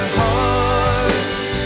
hearts